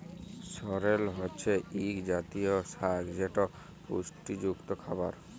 সরেল হছে ইক জাতীয় সাগ যেট পুষ্টিযুক্ত খাবার